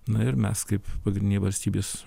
na ir mes kaip pagrindinė valstybės